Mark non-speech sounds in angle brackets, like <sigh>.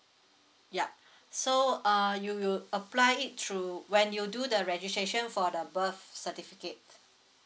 yup <breath> so uh you will apply it through when you do the registration for the birth certificate